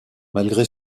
malgré